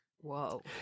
Whoa